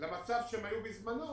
פתאום למצב שהם היו בזמנו